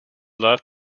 love